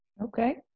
Okay